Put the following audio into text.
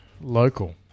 local